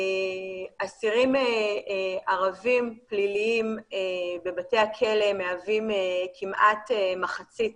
אסירים ערבים פליליים בבתי הכלא מהווים כמעט מחצית